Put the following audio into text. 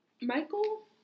Michael